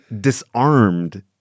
disarmed